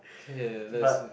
okay let's